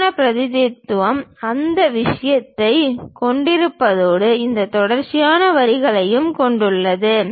சரியான பிரதிநிதித்துவம் அந்த விஷயங்களைக் கொண்டிருப்பதோடு இந்த தொடர்ச்சியான வரிகளையும் கொண்டுள்ளது